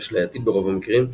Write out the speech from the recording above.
אשלייתית ברוב המקרים,